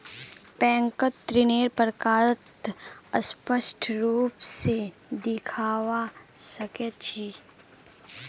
बैंकत ऋन्नेर प्रकारक स्पष्ट रूप से देखवा सके छी